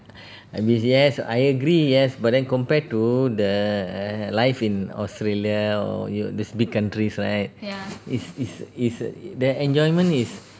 அது:adhu yes I agree yes but then compared to the err life in australia all you this big countries right it's it's it's the enjoyment is